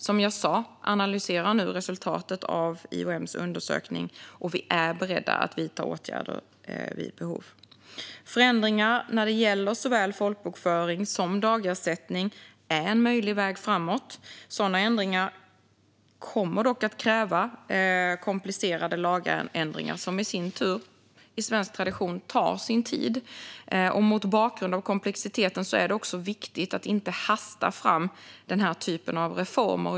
Som jag sa analyserar regeringen nu resultatet av IOM:s undersökning, och vi är beredda att vidta åtgärder vid behov. Förändringar när det gäller såväl folkbokföring som dagersättning är en möjlig väg framåt. Sådana ändringar kommer dock att kräva komplicerade lagändringar som i sin tur i svensk tradition tar sin tid. Mot bakgrund av komplexiteten är det också viktigt att inte hasta fram den här typen av reformer.